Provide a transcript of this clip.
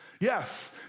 Yes